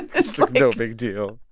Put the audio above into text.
it's like no big deal